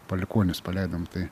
palikuonis paleidom tai